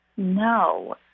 No